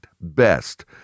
Best